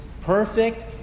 perfect